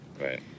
Right